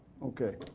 Okay